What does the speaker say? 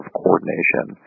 coordination